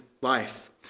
life